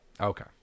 Okay